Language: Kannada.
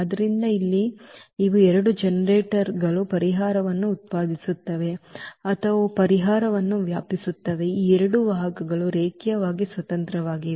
ಆದ್ದರಿಂದ ಇಲ್ಲಿ ಇವು ಎರಡು ಜನರೇಟರ್ಗಳು ಪರಿಹಾರವನ್ನು ಉತ್ಪಾದಿಸುತ್ತವೆ ಅಥವಾ ಅವು ಪರಿಹಾರವನ್ನು ವ್ಯಾಪಿಸುತ್ತವೆ ಈ ಎರಡು ವಾಹಕಗಳು ರೇಖೀಯವಾಗಿ ಸ್ವತಂತ್ರವಾಗಿವೆ